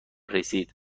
رسید